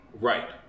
Right